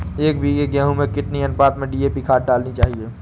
एक बीघे गेहूँ में कितनी अनुपात में डी.ए.पी खाद डालनी चाहिए?